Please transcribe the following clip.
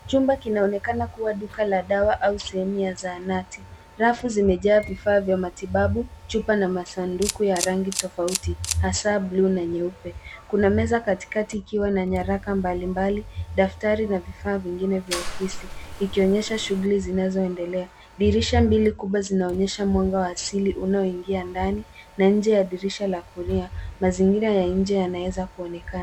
Chumba kinaonekana kuwa duka la dawa au sehemu ya zahanati. Rafu zimejaa vifaa vya matibabu, chupa na masunduku ya rangi tofauti hasa buluu na nyeupe. Kuna meza katikati ikiwa na nyaraka mbalimbali, daftari na vifaa vingine vya ofisi, ikionyesha shughuli zinazoendelea. Dirisha mbili kubwa zinaonyesha mwanga wa asili unaoingia ndani na nje ya dirisha la kulia mazingira ya nje yanaweza kuonekana.